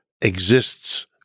exists